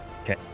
okay